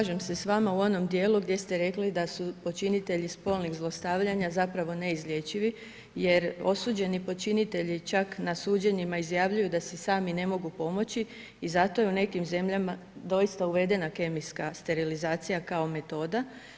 Slažem se s vama u onom dijelu gdje ste rekli da su počinitelji spolnih zlostavljanja zapravo neizlječivi jer osuđeni počinitelji čak na suđenjima izjavljuju da si sami ne mogu pomoći i zato je u nekim zemljama doista uvedena kemijska sterilizacija kao metoda.